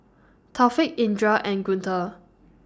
Taufik Indra and Guntur